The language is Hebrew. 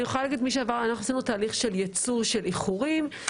אנחנו עשינו תהליך של יצוא של ייחורים,